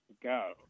go